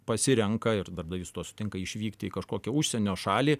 pasirenka ir darbdavys su tuo sutinka išvykti į kažkokią užsienio šalį